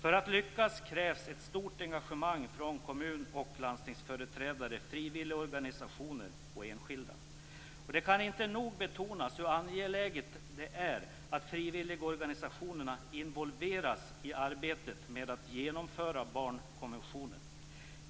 För att lyckas krävs ett stort engagemang från kommun och landstingsföreträdare, frivilligorganisationer och enskilda. Det kan inte nog betonas hur angeläget det är att frivilligorganisationerna involveras i arbetet med att genomföra barnkonventionen.